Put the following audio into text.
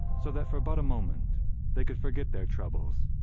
so that for but a moment they could forget their troubles,